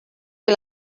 que